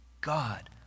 God